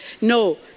No